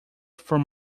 from